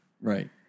Right